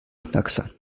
knackser